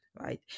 Right